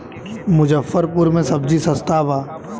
मुजफ्फरपुर में सबजी सस्ता बा